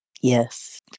Yes